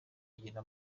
agira